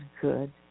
good